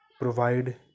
provide